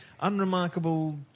unremarkable